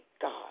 God